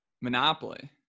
Monopoly